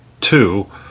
Two